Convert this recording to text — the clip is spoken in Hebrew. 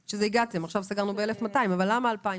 עכשיו סגרנו על 1,200 אבל למה רציתם 2,000